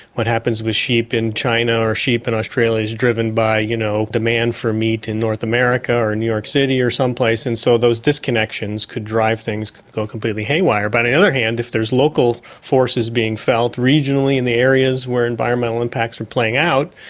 what happens with sheep in china or sheep in australia is driven by you know demand for meat in north america or new york city or someplace. and so those disconnections could drive things, could go completely haywire. but on the other hand, if there's local forces being felt regionally in the areas where environmental impacts are playing out,